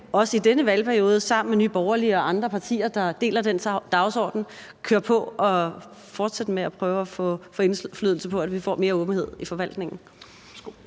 også i denne valgperiode sammen med Nye Borgerlige og andre partier, der deler den dagsorden, køre på og fortsætte med at prøve at få indflydelse på, at vi får mere åbenhed i forvaltningen?